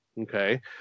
Okay